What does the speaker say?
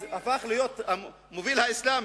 אז הוא הפך להיות מוביל האסלאם.